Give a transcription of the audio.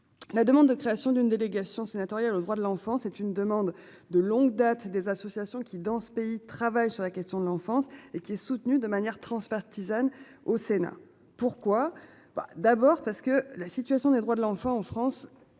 La demande de création d'une délégation sénatoriale aux droits de l'enfant, c'est une demande de longue date des associations qui dans ce pays travaillent sur la question de l'enfance et qui est soutenu de manière transpartisane au Sénat. Pourquoi. Bah, d'abord parce que la situation des droits de l'enfant en France.